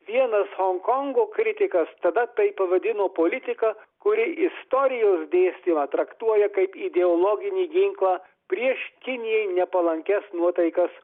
vienas honkongo kritikas tada tai pavadino politika kuri istorijos dėstymą traktuoja kaip ideologinį ginklą prieš kinijai nepalankias nuotaikas